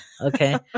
Okay